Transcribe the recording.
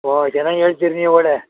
ಹೋ ಚೆನ್ನಾಗಿ ಹೇಳ್ತೀರ ನೀವು ಒಳ್ಳೆ